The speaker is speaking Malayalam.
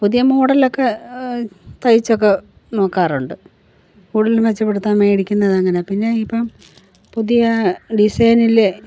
പുതിയ മോഡലൊക്കെ തൈച്ചൊക്കെ നോക്കാറുണ്ട് കൂടുതൽ മെച്ചപ്പെടുത്താൻ മേടിക്കുന്നതങ്ങനെ പിന്നെ ഇപ്പം പുതിയ ഡിസൈനില്